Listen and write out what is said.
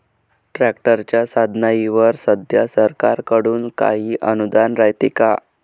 ट्रॅक्टरच्या साधनाईवर सध्या सरकार कडून काही अनुदान रायते का?